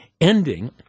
ending